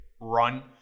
run